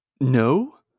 No